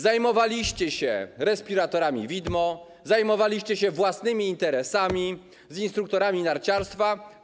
Zajmowaliście się respiratorami widmo, zajmowaliście się własnymi interesami z instruktorami narciarstwa.